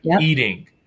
eating